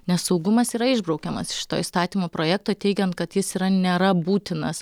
nes saugumas yra išbraukiamas iš šito įstatymo projekto teigiant kad jis yra nėra būtinas